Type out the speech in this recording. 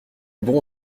bon